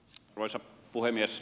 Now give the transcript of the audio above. arvoisa puhemies